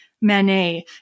Manet